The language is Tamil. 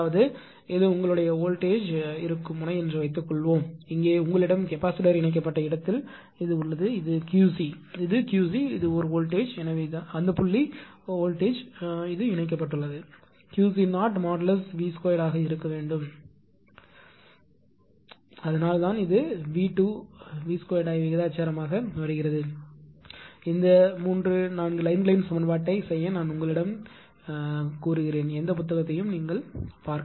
அதாவது இது உங்களுடைய வோல்டேஜ்இருக்கும் முனை என்று வைத்துக்கொள்வோம் இங்கே உங்களிடம் கெப்பாசிட்டர் இணைக்கப்பட்ட இடத்தில் உள்ளது அது Qc இது Qc இது ஒரு வோல்டேஜ் ம் எனவே அது அந்த புள்ளி வோல்டேஜ்மட்டுமே இணைக்கப்பட்டுள்ளது QC0V2 ஆக இருக்க வேண்டும் அதனால் தான் இது V2 I விகிதாசாரமாக வருகிறது இந்த 3 4 லைன்களின் சமன்பாட்டைச் செய்ய நான் உங்களிடம் கேட்பேன் எந்த புத்தகத்தையும் நீங்கள் பார்க்கலாம்